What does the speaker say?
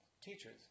teachers